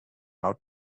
out